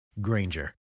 Granger